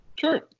Sure